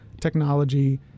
technology